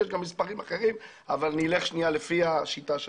יש גם מספרים אחרים, אבל נלך שנייה לפי השיטה שלך.